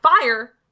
fire